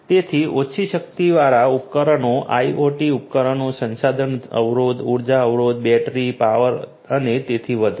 તેથી ઓછી શક્તિવાળા ઉપકરણો IoT ઉપકરણો સંસાધન અવરોધ ઊર્જા અવરોધ બેટરી પાવર અને તેથી વધુ